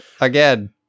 Again